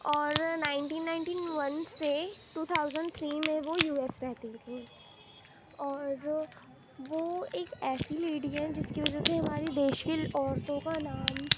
اور nineteen nineteen one سے two thousand three میں وہ یو ایس میں رہتی تھیں اور وہ ایک ایسی لیڈی ہیں جس کی وجہ سے ہماری دیش کی عورتوں کا نام